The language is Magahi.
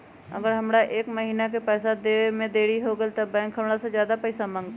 अगर हमरा से एक महीना के पैसा देवे में देरी होगलइ तब बैंक हमरा से ज्यादा पैसा मंगतइ?